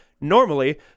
Normally